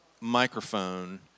microphone